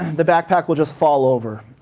the backpack will just fall over.